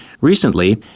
Recently